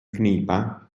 cnipa